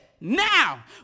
Now